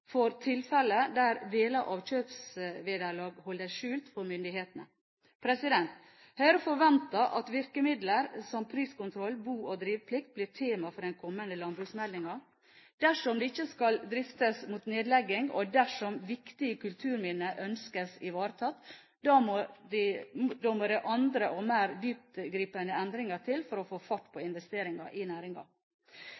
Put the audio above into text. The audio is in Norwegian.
for tilfeller der deler av kjøpsvederlag holdes skjult for myndighetene. Høyre forventer at virkemidler som priskontroll og bo- og driveplikt blir tema for den kommende landbruksmeldingen. Dersom det ikke skal driftes mot nedlegging, og dersom viktige kulturminner ønskes ivaretatt, så må det andre og mer dyptgripende endringer til for å få fart på